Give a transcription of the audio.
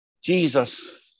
Jesus